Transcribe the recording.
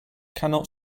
cannot